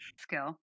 skill